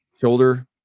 shoulder